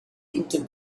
into